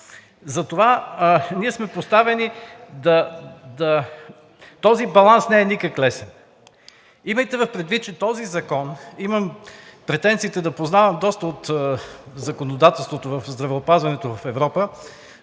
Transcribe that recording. възникнал проблем. Този баланс не е никак лесен. Имайте предвид, че този закон – имам претенциите да познавам доста от законодателството в здравеопазването в Европа,